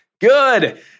Good